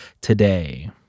today